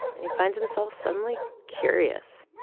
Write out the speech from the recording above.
and he finds himself suddenly curious.